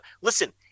listen